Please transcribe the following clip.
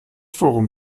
forum